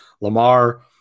lamar